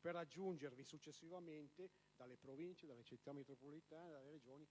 per aggiungervi successivamente «dalle Province, dalle Città metropolitane, dalle Regioni